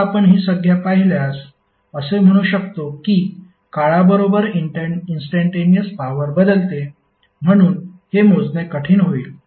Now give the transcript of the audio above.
आता आपण ही संज्ञा पाहिल्यास असे म्हणू शकतो की काळाबरोबर इंस्टंटेनिअस पॉवर बदलते म्हणून हे मोजणे कठीण होईल